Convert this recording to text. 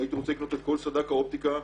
הייתי רוצה לקנות את כל סד"כ האופטיקה מחדש,